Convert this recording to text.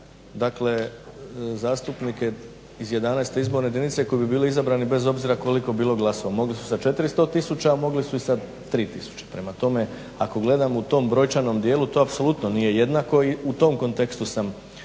dakle zastupnike sa 11 izborne jedinice koji bi bili izabrani bez obzira koliko bilo glasova, mogli su sa 400 tisuća a mogli su i sa 3 tisuće, prema tome ako gledamo u tom brojčanom dijelu, to apsolutno nije jednako i u tom kontekstu sam